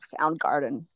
Soundgarden